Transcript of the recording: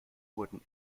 wurden